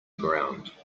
ground